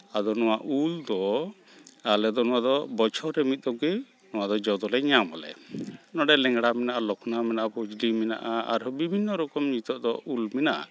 ᱟᱫᱚ ᱱᱚᱣᱟ ᱩᱞ ᱫᱚ ᱟᱞᱮ ᱫᱚ ᱱᱚᱣᱟ ᱫᱚ ᱵᱚᱪᱷᱚᱨ ᱨᱮ ᱢᱤᱫ ᱫᱚᱢ ᱜᱮ ᱱᱚᱣᱟ ᱫᱚ ᱡᱚ ᱫᱚᱞᱮ ᱧᱟᱢᱟᱞᱮ ᱱᱚᱰᱮ ᱞᱮᱝᱲᱟ ᱢᱮᱱᱟᱜᱼᱟ ᱞᱚᱠᱠᱷᱚᱱᱳ ᱢᱮᱱᱟᱜᱼᱟ ᱯᱷᱩᱡᱽᱞᱤ ᱢᱮᱱᱟᱜᱼᱟ ᱟᱨᱦᱚᱸ ᱵᱤᱵᱷᱤᱱᱱᱚ ᱨᱚᱨᱠᱚᱢ ᱱᱤᱛᱳᱜ ᱫᱚ ᱩᱞ ᱢᱮᱱᱟᱜᱼᱟ